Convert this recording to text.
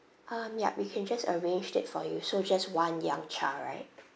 um yup we can just arranged it for you so is just one young child right